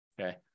okay